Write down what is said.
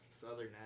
Southern